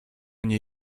nie